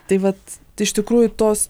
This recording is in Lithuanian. tai vat iš tikrųjų tos